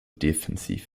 defensiv